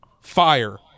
fire